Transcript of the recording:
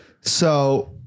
So-